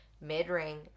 mid-ring